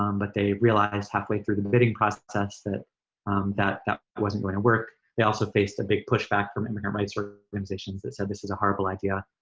um but they realized, halfway through the bidding process, that that that wasn't gonna work. they also faced a big pushback from immigrant rights sort of organizations that said, this is a horrible idea.